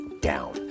down